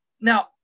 Now